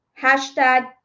hashtag